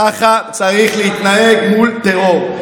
ככה צריך להתנהג מול טרור.